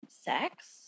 sex